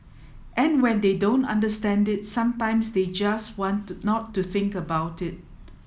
and when they don't understand it sometimes they just want to not to think about it